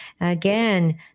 again